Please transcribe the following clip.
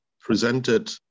presented